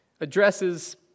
addresses